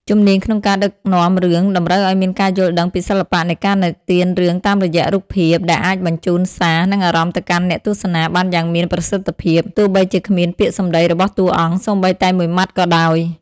ជំនាញក្នុងការដឹកនាំរឿងតម្រូវឱ្យមានការយល់ដឹងពីសិល្បៈនៃការនិទានរឿងតាមរយៈរូបភាព ដែលអាចបញ្ជូនសារ និងអារម្មណ៍ទៅកាន់អ្នកទស្សនាបានយ៉ាងមានប្រសិទ្ធភាព ទោះបីជាគ្មានពាក្យសម្ដីរបស់តួអង្គសូម្បីតែមួយម៉ាត់ក៏ដោយ។